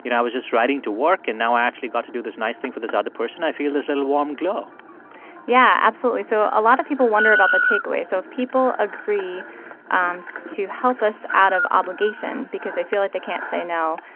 you know i was just riding to work, and now i actually got to do this nice thing for this other person. i feel this little, warm glow yeah, absolutely. so a lot of people wonder about the takeaway. so if people agree um to help us out of obligation because they feel like they can't say no,